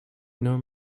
nor